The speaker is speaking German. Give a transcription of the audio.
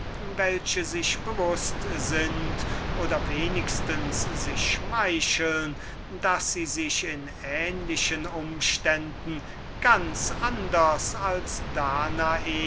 welche sich bereden und vermutlich ursache dazu haben daß sie in ähnlichen umständen sich ganz anders als danae